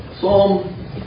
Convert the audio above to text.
Psalm